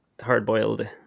hard-boiled